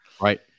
Right